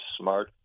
smart